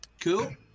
Cool